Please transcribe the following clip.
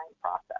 process